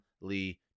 Lee